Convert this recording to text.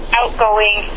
outgoing